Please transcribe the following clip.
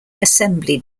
assembly